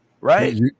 right